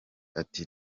ati